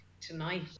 tonight